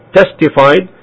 testified